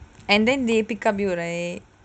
and then they pick up you right